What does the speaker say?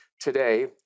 today